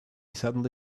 suddenly